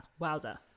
wowza